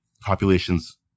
populations